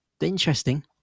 Interesting